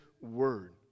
Word